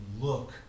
look